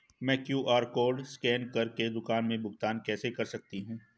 मैं QR code scan कर के दुकान में भुगतान कैसे कर सकती हूँ?